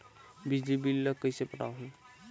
बिजली बिल ल कइसे पटाहूं?